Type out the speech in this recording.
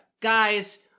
guys